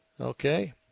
Okay